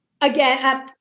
Again